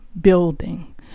building